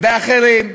ואחרים,